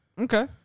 Okay